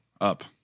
up